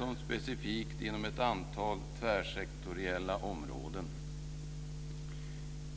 och specifikt inom ett antal tvärsektoriella områden.